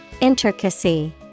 Intricacy